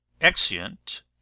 exeunt